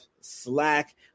Slack